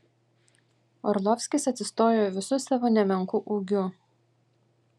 orlovskis atsistojo visu savo nemenku ūgiu